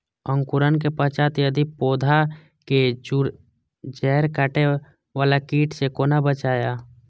अंकुरण के पश्चात यदि पोधा के जैड़ काटे बाला कीट से कोना बचाया?